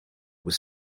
with